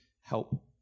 help